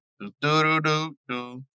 Do-do-do-do